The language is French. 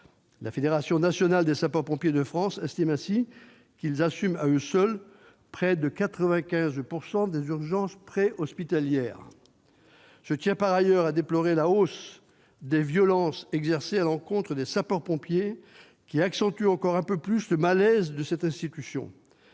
La Fédération nationale des sapeurs-pompiers de France estime ainsi qu'ils assument, à eux seuls, près de 95 % des urgences pré-hospitalières. Par ailleurs, je tiens à déplorer la hausse des violences exercées à l'encontre des sapeurs-pompiers qui accentue encore un peu plus le malaise de cette institution